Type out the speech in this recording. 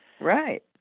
Right